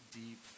deep